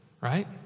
Right